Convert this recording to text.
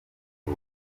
ubu